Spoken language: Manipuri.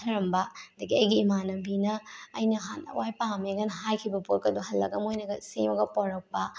ꯊꯝꯃꯝꯕ ꯑꯗꯒꯤ ꯑꯩꯒꯤ ꯏꯃꯥꯟꯅꯕꯤꯅ ꯑꯩꯅ ꯅꯍꯥꯋꯥꯏ ꯄꯥꯝꯃꯦꯒꯥꯏꯅ ꯍꯥꯏꯈꯤꯕ ꯄꯣꯠꯀꯗꯣ ꯍꯜꯂꯒ ꯃꯣꯏꯅꯒ ꯁꯦꯝꯃꯒ ꯄꯨꯔꯛꯄ